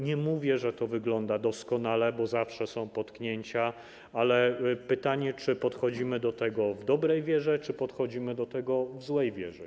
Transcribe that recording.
Nie mówię, że to wygląda doskonale, bo zawsze są potknięcia, ale pytanie, czy podchodzimy do tego w dobrej wierze, czy podchodzimy do tego w złej wierze.